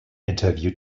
interview